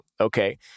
Okay